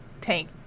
tank